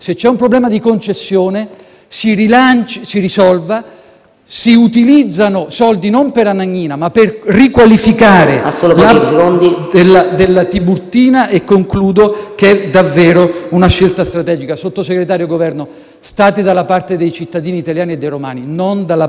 si utilizzino soldi non per Anagnina, ma per riqualificare Tiburtina, che è davvero una scelta strategica. Sottosegretario e Governo, state dalla parte dei cittadini italiani e dei romani, non dalla parte della sindaca Raggi, e fermate questo scempio.